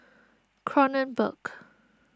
Kronenbourg